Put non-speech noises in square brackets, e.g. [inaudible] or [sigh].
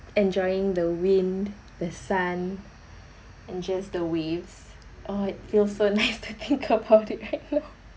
enjoying the wind the sun and just the waves ah [laughs] feels so nice to think about it right now